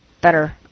better